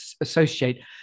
associate